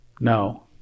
No